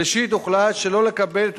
ראשית, הוחלט שלא לקבל את